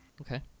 Okay